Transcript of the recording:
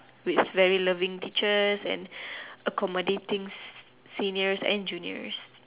with very loving teachers and accommodating seniors and juniors